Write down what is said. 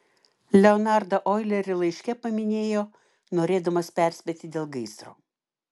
leonardą oilerį laiške paminėjo norėdamas perspėti dėl gaisro